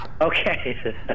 Okay